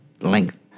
Length